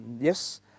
Yes